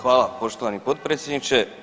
Hvala poštovani potpredsjedniče.